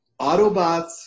Autobots